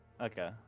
Okay